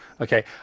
Okay